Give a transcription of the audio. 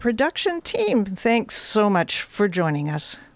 production team thanks so much for joining us